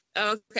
Okay